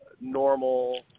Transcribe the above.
normal